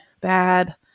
bad